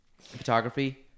photography